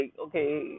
okay